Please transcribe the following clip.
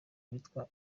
witwa